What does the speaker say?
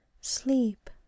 Sleep